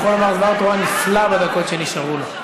הוא יכול לומר דבר תורה נפלא בדקות שנשארו לו,